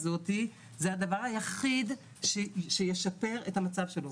זה הדבר היחיד שישפר את המצב שלו.